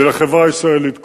ולחברה הישראלית כולה.